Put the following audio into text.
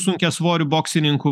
sunkiasvorių boksininkų